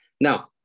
Now